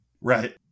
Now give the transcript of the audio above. Right